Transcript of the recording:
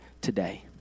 today